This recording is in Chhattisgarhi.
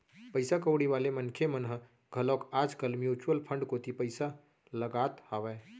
पइसा कउड़ी वाले मनखे मन ह घलोक आज कल म्युचुअल फंड कोती पइसा लगात हावय